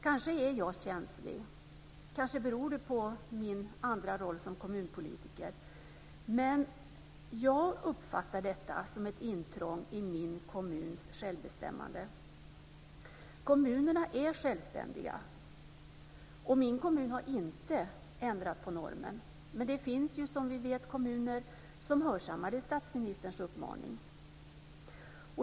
Kanske är jag känslig, och kanske beror det på min andra roll som kommunpolitiker, men jag uppfattar detta som ett intrång i min kommuns självbestämmande. Kommunerna är självständiga. Min kommun har inte ändrat på normen, men det finns, som vi vet, kommuner som hörsammade statsministerns uppmaning.